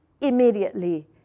immediately